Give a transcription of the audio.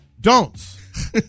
Don'ts